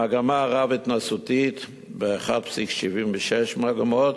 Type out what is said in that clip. במגמה רב-התנסותית ב-1.76 שעות,